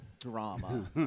drama